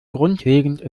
grundlegend